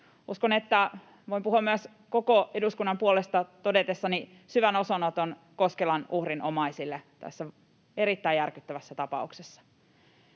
Uskon, että voin puhua koko eduskunnan puolesta myös todetessani syvän osanoton Koskelan uhrin omaisille tässä erittäin järkyttävässä tapauksessa.